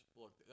look